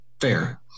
fair